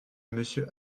monsieur